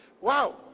wow